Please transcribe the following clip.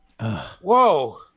Whoa